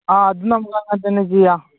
ആ അത് നമുക്ക് അങ്ങനെ തന്നെ ചെയ്യാം